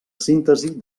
síntesi